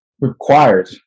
required